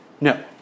No